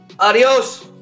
Adiós